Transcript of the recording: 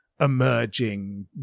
emerging